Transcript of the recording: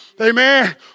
Amen